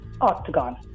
octagon